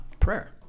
prayer